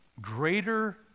greater